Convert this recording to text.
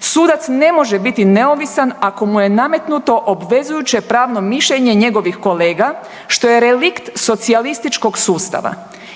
sudac ne može biti neovisan ako mu je nametnuto obvezujuće pravno mišljenje njegovih kolega, što je relikt socijalističkog sustava,